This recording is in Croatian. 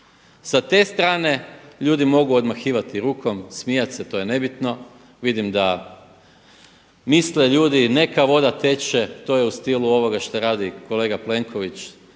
Sa te strane ljudi mogu odmahivati rukom, smijati to je nebitno, vidim da misle ljudi neka voda teče, to je u stilu ovoga što radi kolega Plenković,